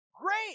Great